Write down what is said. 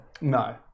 No